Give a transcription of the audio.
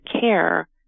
care